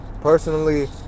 personally